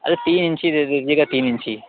ارے تین انچی دے دیجیے گا تین انچی